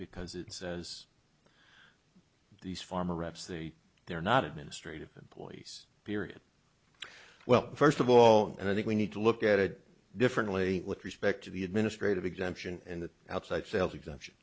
because it says these farmer reps they they're not administrative employees period well first of all and i think we need to look at it differently with respect to the administrative exemption and the outside sales exemption